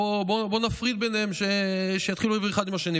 בוא נפריד ביניהם כדי שיתחילו לריב אחד עם השני,